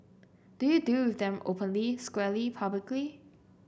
do you deal with them openly squarely publicly